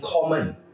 common